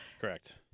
Correct